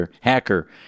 hacker